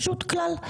פשוט כלל.